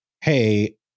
Hey